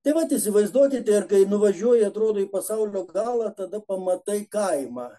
tai vat įsivaizduokite ir kai nuvažiuoji atrodo į pasaulio galą tada pamatai kaimą